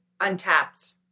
untapped